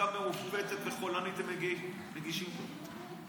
חקיקה מעוותת וחולנית הם מגישים פה.